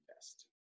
best